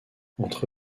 entre